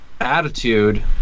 attitude